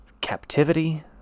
captivity